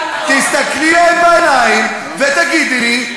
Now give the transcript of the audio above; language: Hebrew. תסתכלי להם בעיניים ותגידי לי,